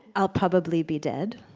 i'll probably be dead.